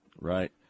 Right